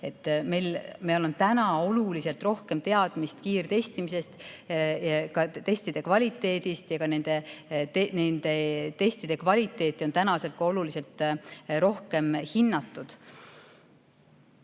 Meil on täna oluliselt rohkem teadmisi kiirtestimisest ja testide kvaliteedist. Nende testide kvaliteeti on tänaseks oluliselt rohkem hinnatud. Ja